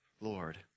Lord